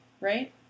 Right